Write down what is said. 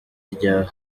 rya